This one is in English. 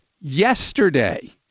yesterday